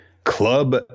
club